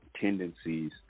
Tendencies